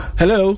hello